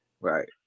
Right